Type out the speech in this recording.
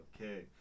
okay